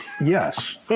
Yes